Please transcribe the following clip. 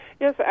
Yes